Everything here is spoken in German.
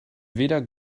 weder